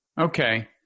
Okay